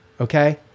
Okay